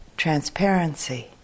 transparency